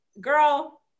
girl